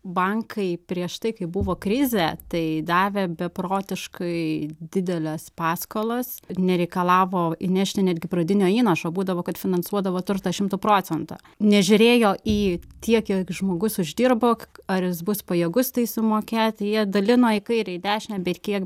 bankai prieš tai kai buvo krizė tai davė beprotiškai dideles paskolas nereikalavo įnešti netgi pradinio įnašo būdavo kad finansuodavo turtą šimtu procentų nežiūrėjo į tiek kiek žmogus uždirbo ar jis bus pajėgus tai sumokėti jie dalino į kairę į dešinę bet kiek